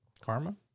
Karma